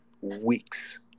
weeks